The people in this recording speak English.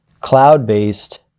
cloud-based